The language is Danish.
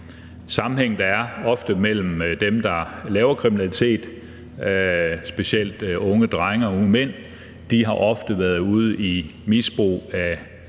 sammenhæng, der ofte er mellem det. Dem, der laver kriminalitet, specielt unge drenge og unge mænd, har ofte været ude i et misbrug af